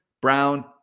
Brown